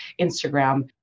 Instagram